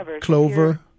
clover